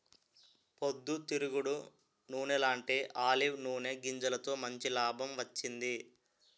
పొద్దు తిరుగుడు నూనెలాంటీ ఆలివ్ నూనె గింజలతో మంచి లాభం వచ్చింది